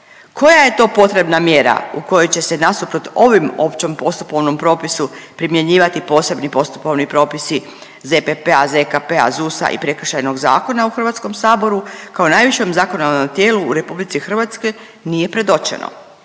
Koja je to potrebna mjera u kojoj će se nasuprot ovim općom postupovnom propisu primjenjivati posebnim postupovni propisi ZPP-a, ZKP-a, ZUS-a i Prekršajnog zakona u HS-u kao najvišem zakonodavnom tijelu u RH nije predočeno.